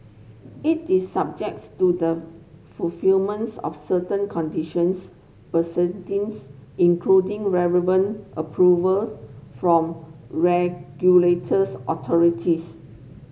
it is subjects to the fulfillments of certain conditions precedents including relevant approvals from regulators authorities